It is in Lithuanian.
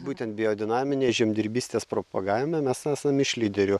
būtent biodinaminės žemdirbystės propagavime mes esam iš lyderių